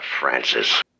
Francis